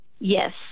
Yes